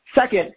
Second